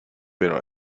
pero